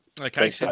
Okay